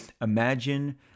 imagine